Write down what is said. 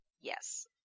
Yes